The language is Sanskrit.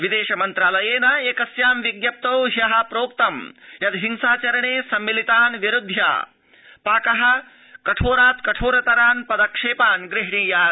विदेशमन्त्रालयेन एकस्यां विज्ञप्तौ द्य प्रोक्तं च हिंसाचरणे सम्मिलितान् विरूध्य पाक कठोरान् पदक्षेपान् गृह्कीयात्